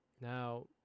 Now